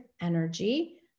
energy